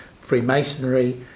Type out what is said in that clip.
Freemasonry